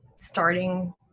starting